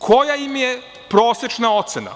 Koja im je prosečna ocena?